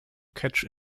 catch